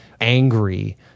angry